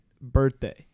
birthday